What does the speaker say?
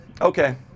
okay